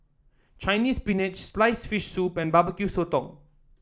Chinese Spinach sliced fish soup and Barbecue Sotong